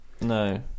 No